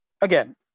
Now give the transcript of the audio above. again